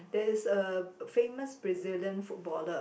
there is a famous Brazilian footballer